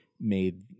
made